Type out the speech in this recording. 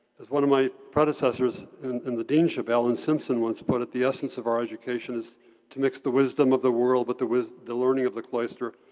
as one of my predecessors and in the deanship, alan simpson, once put it, the essence of our education is to mix the wisdom of the world but with the learning of the cloister,